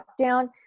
lockdown